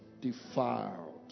defiled